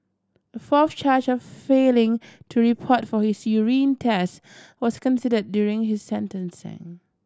a fourth charge of failing to report for his urine test was considered during his sentencing